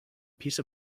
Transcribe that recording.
piece